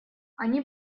они